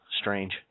Strange